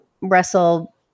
Russell